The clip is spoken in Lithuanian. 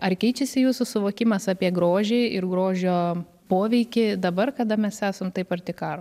ar keičiasi jūsų suvokimas apie grožį ir grožio poveikį dabar kada mes esam taip arti karo